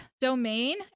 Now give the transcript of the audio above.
domain